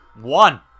One